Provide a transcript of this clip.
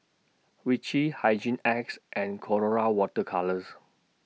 Vichy Hygin X and Colora Water Colours